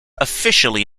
officially